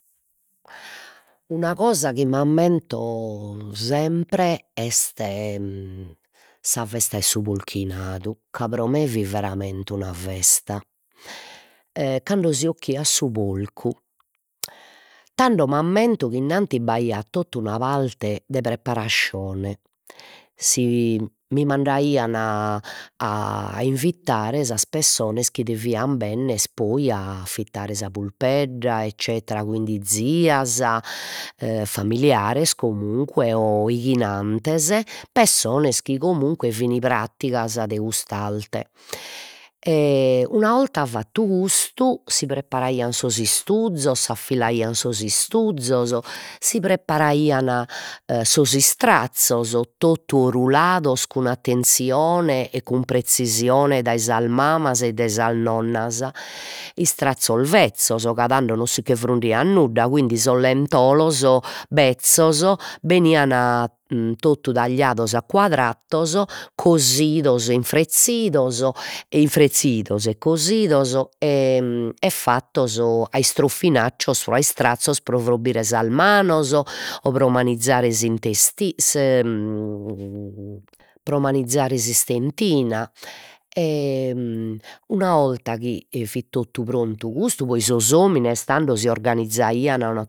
Una cosa chi m'ammento sempre est sa festa 'e su polchinadu, ca pro me fit veramente una festa e cando si 'occhiat su porcu, tando m'ammento chi innanti b'aiat tota una parte de preparascione, si mi mandaian a invitare sas pessones, chi devian benner poi a affittare sa pulpedda eccetera, quindi tias e familiares comunque o pessones chi comunque fin praticas de cust'arte una 'olta fattu custu si preparaian sos istuzos, s'affilaian sos istuzos, si preparaian e sos istrazzos, totu orulados cun attenzione e cun prezzisione dai sas mamas e dai sas nonnas, istrazzos bezzos, ca tando non sicche frundiat nudda, quindi sos lentolos bezzos benian totu tagliados a cuadratos, cosidos, e infrezzidos, e infrezzidos e cosidos e e fattos a istrofinaccios, o a istrazzos pro frobbire sas manos o pro manizare pro manizare s'istentina e una 'olta chi fit totu prontu custu poi sos omines tando si organizaian